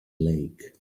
lake